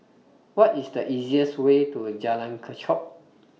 What IS The easiest Way to Jalan Kechot